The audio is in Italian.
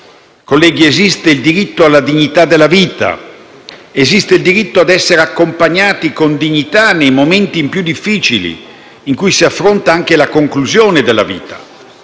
Colleghi, esiste il diritto alla dignità della vita, esiste il diritto a essere accompagnati con dignità nei momenti più difficili, in cui si affronta anche la conclusione della vita.